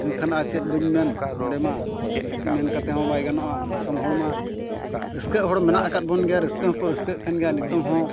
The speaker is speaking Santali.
ᱮᱱᱠᱷᱟᱱ ᱟᱨ ᱪᱮᱫ ᱵᱟᱹᱧ ᱢᱮᱱ ᱱᱚᱰᱮ ᱢᱟ ᱵᱤᱥᱛᱤ ᱢᱮᱱ ᱠᱟᱛᱮᱫ ᱦᱚᱸ ᱵᱟᱭ ᱜᱟᱱᱚᱜᱼᱟ ᱫᱤᱥᱚᱢ ᱦᱚᱲ ᱢᱟ ᱨᱟᱹᱥᱠᱟᱹᱜ ᱦᱚᱲ ᱢᱮᱱᱟᱜ ᱟᱠᱟᱫ ᱵᱚᱱ ᱜᱮᱭᱟ ᱨᱟᱹᱥᱠᱟᱹ ᱦᱚᱸᱠᱚ ᱨᱟᱹᱥᱠᱟᱹᱜ ᱠᱟᱱ ᱜᱮᱭᱟ ᱱᱤᱛᱚᱜ ᱦᱚᱸ